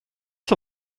som